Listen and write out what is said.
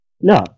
No